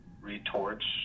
retorts